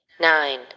nine